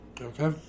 Okay